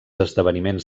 esdeveniments